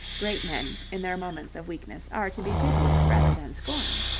great men, in their moments of weakness, are to be pitied rather than scorned.